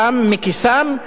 מכיסם,